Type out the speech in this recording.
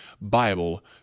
Bible